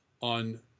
on